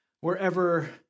wherever